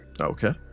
Okay